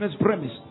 premise